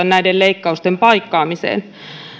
näiden leikkausten paikkaamiseen niin